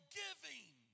giving